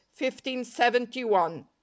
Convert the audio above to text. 1571